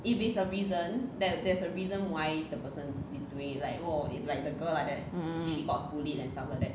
mm